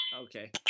okay